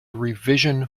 revision